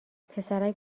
پسرک